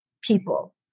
people